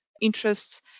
interests